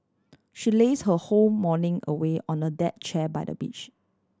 she laze her whole morning away on a deck chair by the beach